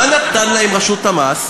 מה נתנה להם רשות המס?